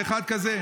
זה אחד כזה.